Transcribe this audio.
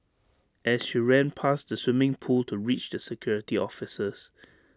as she ran past the swimming pool to reach the security officers